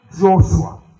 Joshua